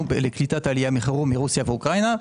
לקליטת עליית חירום מרוסיה ואוקראינה.